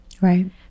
Right